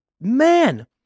man